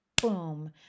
boom